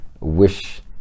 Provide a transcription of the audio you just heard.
wish